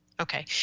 Okay